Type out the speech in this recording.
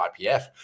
IPF